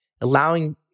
allowing